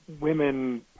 women